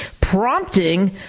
prompting